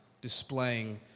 displaying